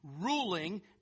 ruling